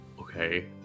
Okay